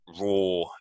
raw